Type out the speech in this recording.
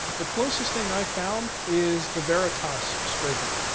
the closest thing i've found is the veratas scraper.